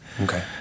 Okay